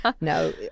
No